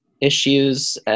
issues